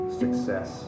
success